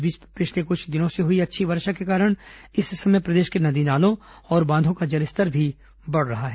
इस बीच पिछले कुछ दिनों से हुई अच्छी वर्षा के कारण इस समय प्रदेश के नदी नालों और बांधों का जलस्तर भी बढ़ रहा है